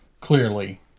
clearly